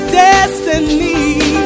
destiny